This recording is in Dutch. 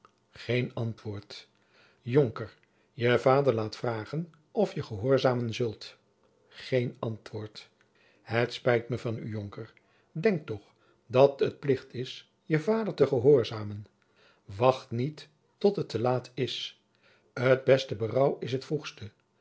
pleegzoon antwoord jonker je vader laat vragen of je gehoorzamen zult geen antwoord het spijt me van u jonker denk toch dat het plicht is je vader te gehoorzamen wacht niet tot het te laat is t beste berouw is het vroegste